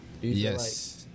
Yes